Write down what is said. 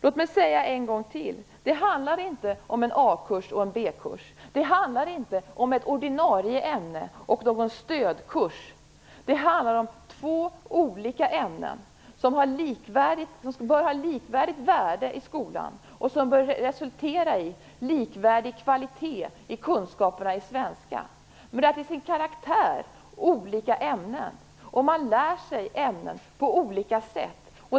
Låt mig en gång till säga: Det handlar inte om en A-kurs och en B-kurs. Det handlar inte om ett ordinarie ämne och någon stödkurs. Det handlar om två till sin karaktär olika ämnen, som bör ha lika värde i skolan och som bör resultera i likvärdig kvalitet i kunskaperna i svenska. Man lär sig ämnen på olika sätt.